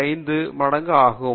5 மடங்கு ஆகும்